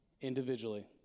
individually